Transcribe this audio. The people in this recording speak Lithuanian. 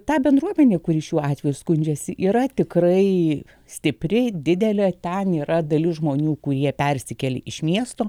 ta bendruomenė kuri šiuo atveju skundžiasi yra tikrai stipriai didelė ten yra dalis žmonių kurie persikėlė iš miestų